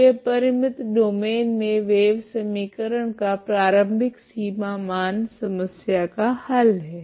तो यह परिमित डोमैन मे वेव समीकरण का प्रारम्भिक सीमा मान समस्या का हल है